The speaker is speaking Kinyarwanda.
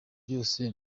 byose